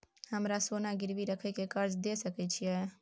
हमरा सोना गिरवी रखय के कर्ज दै सकै छिए?